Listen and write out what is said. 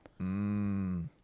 Mmm